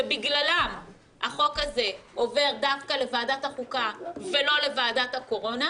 שבגללם החוק הזה עובר דווקא לוועדת החוקה ולא לוועדת הקורונה,